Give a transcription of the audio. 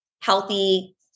healthy